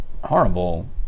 Horrible